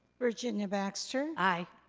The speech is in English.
virginia baxter. aye.